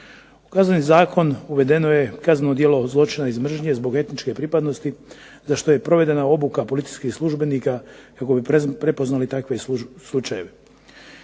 U Kazneni zakon uvedeno je kazneno djelo zločina iz mržnje zbog etničke pripadnosti za što je provedena obuka policijskih službenika kako bi prepoznali takve slučajeve.